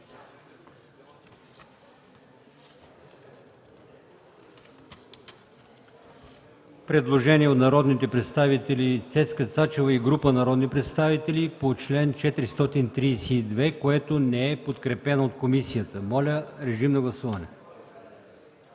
предложение на народния представител Цецка Цачева и група народни представители по чл. 420, което не е подкрепено от комисията. Гласували